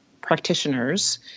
practitioners